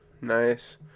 Nice